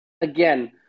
again